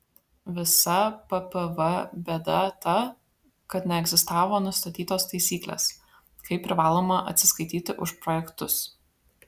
visa ppv bėda ta kad neegzistavo nustatytos taisyklės kaip privaloma atsiskaityti už projektus